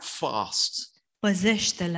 fast